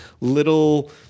little